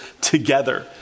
together